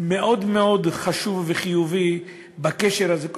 מאוד מאוד חשוב וחיובי בקשר הזה,